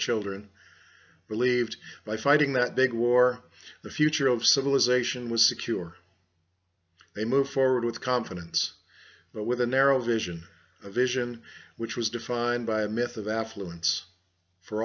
children believed by fighting that big war the future of civilization was secure they move forward with confidence but with a narrow vision a vision which was defined by a myth of affluence for